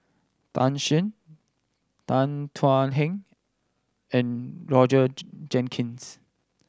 Tan Shen Tan Thuan Heng and Roger Jenkins